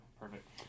Perfect